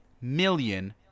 million